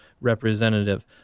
representative